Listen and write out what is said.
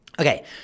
Okay